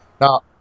Now